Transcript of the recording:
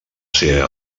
ser